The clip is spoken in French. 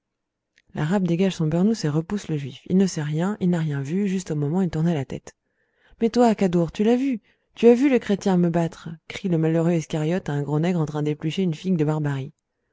l'arabe dégage son beurnouss et repousse le juif il ne sait rien il n'a rien vu juste au moment il tournait la tête mais toi kaddour tu l'as vu tu as vu le chrétien me battre crie le malheureux iscariote à un gros nègre en train d'éplucher une figue de barbarie